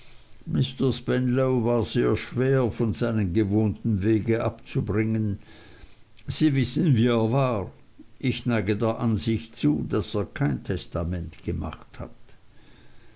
war sehr schwer von seinem gewohnten wege abzubringen sie wissen wie er war ich neige der ansicht zu daß er kein testament gemacht hat